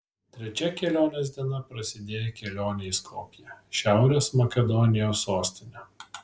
trečia kelionės diena prasidėjo kelione į skopję šiaurės makedonijos sostinę